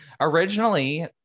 Originally